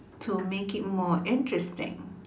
to make it more interesting